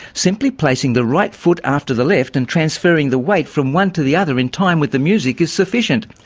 simply placing the right foot after the left and transferring the weight from one to the other in time with the music is sufficient.